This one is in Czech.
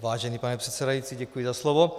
Vážený pane předsedající, děkuji za slovo.